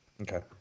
Okay